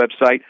website